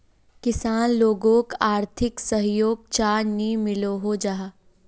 किसान लोगोक आर्थिक सहयोग चाँ नी मिलोहो जाहा?